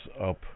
up